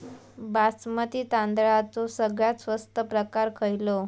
बासमती तांदळाचो सगळ्यात स्वस्त प्रकार खयलो?